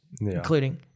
including